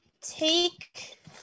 take